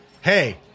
Hey